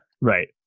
right